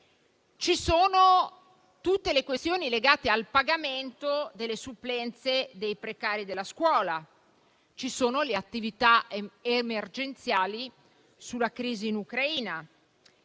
Aifa e tutte le questioni legate al pagamento delle supplenze dei precari della scuola. Ci sono inoltre le attività emergenziali sulla crisi in Ucraina